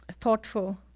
thoughtful